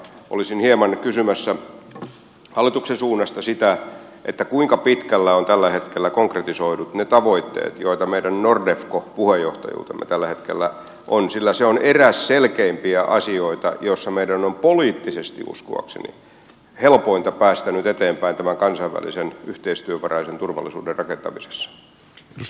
olisin hieman kysymässä hallituksen suunnasta sitä kuinka pitkälle ovat tällä hetkellä konkretisoidut ne tavoitteet joita meidän nordefco puheenjohtajuutemme tällä hetkellä on sillä se on eräs selkeimpiä asioita joissa meidän on poliittisesti uskoakseni helpointa päästä nyt eteenpäin tämän kansainvälisen yhteistyövaraisen turvallisuuden rakentamisessa